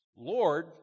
Lord